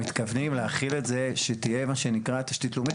הם מתכוונים להחיל את זה שתהיה מה שנקרא תשתית לאומית.